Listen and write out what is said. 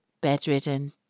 bedridden